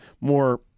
more